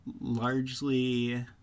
largely